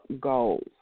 goals